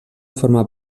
formar